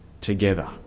together